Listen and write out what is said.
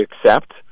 accept